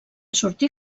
sortí